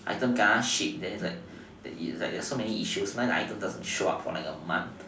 items kena ship then it's like it's like there is so many issues my item like doesn't show up for like a month